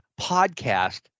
podcast